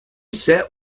sat